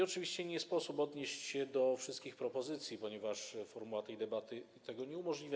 Oczywiście nie sposób odnieść się do wszystkich propozycji, ponieważ formuła tej debaty tego nie umożliwia.